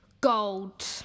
gold